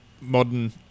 modern